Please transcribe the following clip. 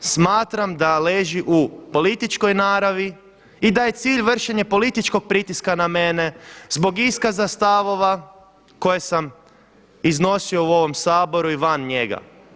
Smatram da leži u političkoj naravi i da je cilj vršenje političkog pritiska na mane zbog iskaza stavova koje sam iznosio u ovom Saboru i van njega.